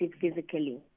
physically